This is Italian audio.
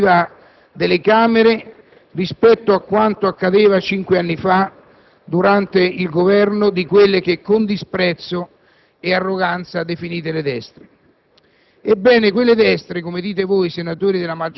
Avete ridotto ad un terzo l'attività legislativa delle Camere rispetto a quanto accadeva cinque anni fa, durante il Governo di quelle che con disprezzo e arroganza definite le destre.